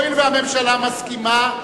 הואיל והממשלה מסכימה,